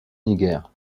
niger